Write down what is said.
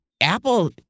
Apple